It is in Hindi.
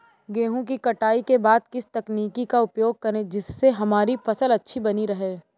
गेहूँ की कटाई के बाद किस तकनीक का उपयोग करें जिससे हमारी फसल अच्छी बनी रहे?